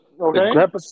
Okay